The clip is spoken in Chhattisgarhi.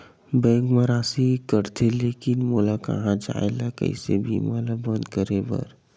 बैंक मा राशि कटथे लेकिन मोला कहां जाय ला कइसे बीमा ला बंद करे बार?